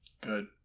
Good